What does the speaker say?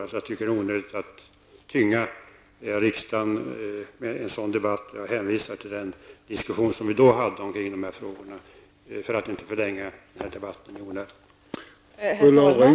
Jag tycker att det är onödigt att tynga riksdagen med en sådan diskussion. Jag hänvisar till den debatt som vi tidigare fört i dessa frågor, för att inte förlänga dagens debatt i onödan.